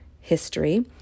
history